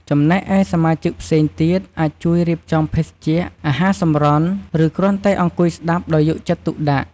ចំណែកឯសមាជិកផ្សេងទៀតអាចជួយរៀបចំភេសជ្ជៈ អាហារសម្រន់ ឬគ្រាន់តែអង្គុយស្ដាប់ដោយយកចិត្តទុកដាក់។